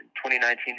2019